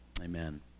amen